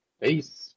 Peace